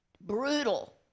Brutal